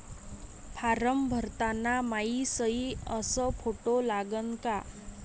Form भरताना मायी सयी अस फोटो लागन का?